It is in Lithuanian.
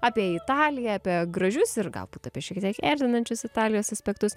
apie italiją apie gražius ir galbūt apie šiek tiek erzinančius italijos aspektus